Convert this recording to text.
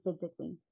physically